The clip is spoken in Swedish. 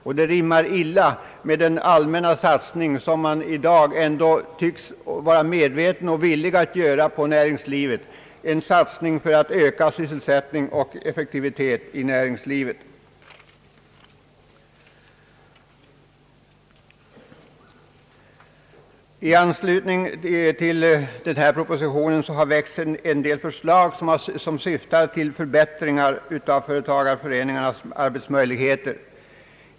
Detta rimmar illa med den allmänna satsning på näringslivet som man i dag tycks vara vil lig att göra, en satsning för att öka sysselsättning och effektivitet i näringslivet. I anslutning till denna proposition har väckts en del förslag som syftar till förbättring av företagareföreningarnas arbetsmöjligheter.